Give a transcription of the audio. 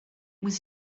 was